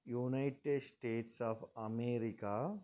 United States of America